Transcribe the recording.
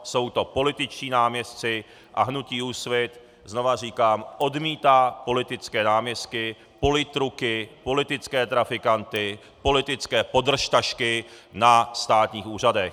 Jsou to političtí náměstci a hnutí Úsvit, znovu říkám, odmítá politické náměstky, politruky, politické trafikanty, politické podržtašky na státních úřadech.